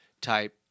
type